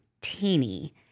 teeny